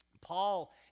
Paul